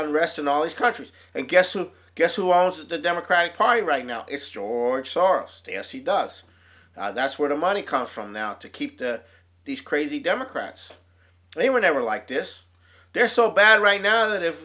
on rest and all these countries and guess who guess who owns the democratic party right now it's george soros to as he does that's where the money comes from now to keep these crazy democrats they were never like this they're so bad right now that if